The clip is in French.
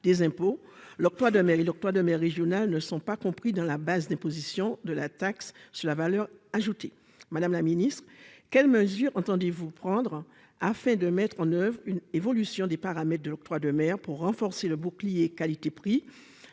des impôts [...], l'octroi de mer et l'octroi de mer régional ne sont pas compris dans la base d'imposition de la taxe sur la valeur ajoutée ». Or cette disposition n'est pas appliquée. Quelles mesures entendez-vous prendre afin de mettre en oeuvre une évolution des paramètres de l'octroi de mer pour renforcer le bouclier qualité-prix